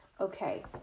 Okay